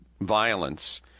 violence